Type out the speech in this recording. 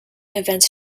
events